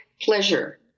pleasure